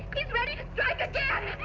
he's ready to strike again!